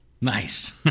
Nice